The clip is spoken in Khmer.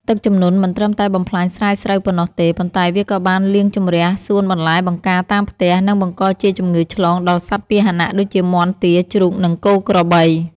ទឹកជំនន់មិនត្រឹមតែបំផ្លាញស្រែស្រូវប៉ុណ្ណោះទេ ប៉ុន្តែវាក៏បានលាងជម្រះសួនបន្លែបង្ការតាមផ្ទះ និងបង្កជាជំងឺឆ្លងដល់សត្វពាហនៈដូចជាមាន់ ទា ជ្រូក និងគោក្របី។